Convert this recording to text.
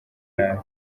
nabi